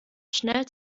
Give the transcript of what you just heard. schnell